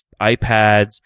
iPads